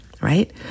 right